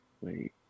wait